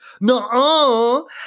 No